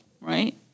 right